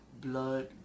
Blood